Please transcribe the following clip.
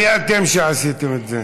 מי "אתם" שעשיתם את זה?